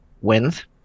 wins